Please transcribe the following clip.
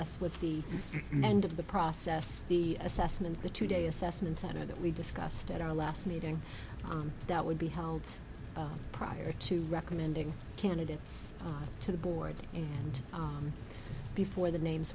us with the end of the process the assessment the two day assessment center that we discussed at our last meeting that would be held prior to recommending candidates to the board before the names